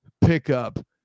pickup